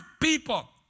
people